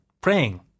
praying